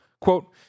quote